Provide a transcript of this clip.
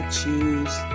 choose